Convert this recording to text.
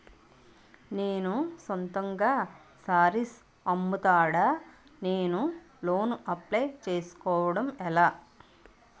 నేను సొంతంగా శారీస్ అమ్ముతాడ, నేను లోన్ అప్లయ్ చేసుకోవడం ఎలా?